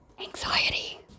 anxiety